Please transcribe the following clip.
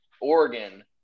Oregon